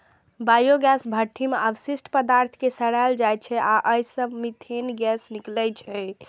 biogas भट्ठी मे अवशिष्ट पदार्थ कें सड़ाएल जाइ छै आ अय सं मीथेन गैस निकलै छै